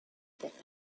that